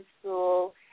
school